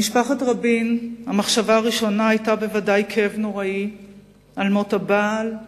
למשפחת רבין המחשבה הראשונה היתה ודאי כאב נורא על מות הבעל,